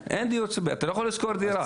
אתה לא יכול לשכור דירה.